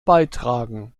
beitragen